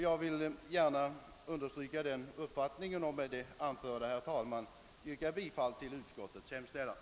Jag vill gärna understryka den uppfattningen och med det anförda, herr talman, yrka bifall till utskottets hemställan.